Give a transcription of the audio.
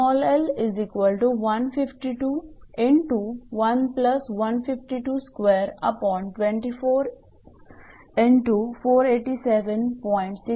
त्यामुळे